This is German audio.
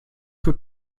für